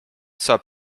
saab